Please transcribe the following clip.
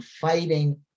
fighting